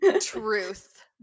Truth